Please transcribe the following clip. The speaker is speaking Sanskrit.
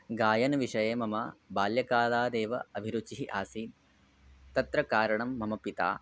गायनविषये मम बाल्यकालादेव अभिरुचिः आसीत् तत्र कारणं मम पिता